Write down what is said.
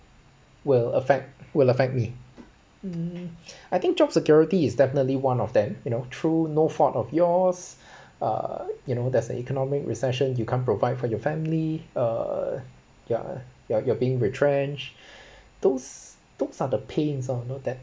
will affect will affect me mm I think job security is definitely one of them you know through no fault of yours uh you know there's a economic recession you can't provide for your family err you're you're you are being retrenched those those are the pains lor know that